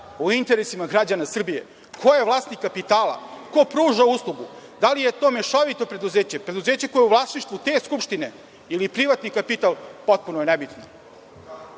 u interesima građana Srbije. Ko je vlasnik kapitala, ko pruža uslugu, da li je to mešovito preduzeće, preduzeće koje je u vlasništvu te skupštine ili privatni kapital, potpuno je nebitno